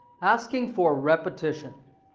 asking for repetition.